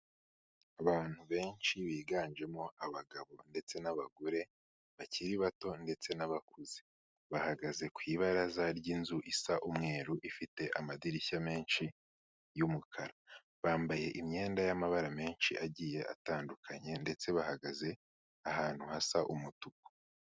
Abantu benshi biganjemo abagabo ndetse n'abagore bakiri bato, ndetse n'abakuze, bahagaze ku ibaraza ry'inzu isa umweru ifite amadirishya menshi y'umukara, bambaye imyenda y'amabara menshi agiye atandukanye, ndetse bahagaze ahantu hasa umutuku.